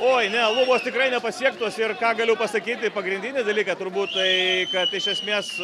oi ne lubos tikrai nepasiektos ir ką galiu pasakyt tai pagrindinį dalyką turbūt tai kad iš esmės